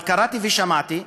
אבל קראתי ושמעתי.